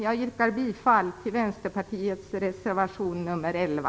Jag yrkar bifall till Vänsterpartiets reservation nr 11.